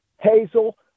Hazel